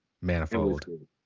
Manifold